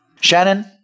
Shannon